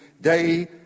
day